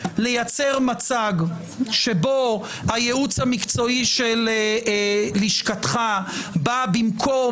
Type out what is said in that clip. לייצר מצג שבו הייעוץ המקצועי של לשכתך בא במקום